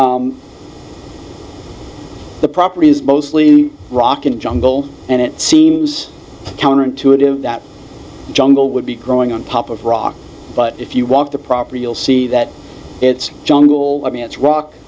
be the property is mostly rock and jungle and it seems counterintuitive that jungle would be growing on top of rock but if you walk the property you'll see that it's jungle i mean it's rock